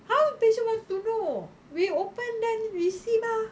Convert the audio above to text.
how patient want to know we open then we see mah